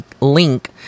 link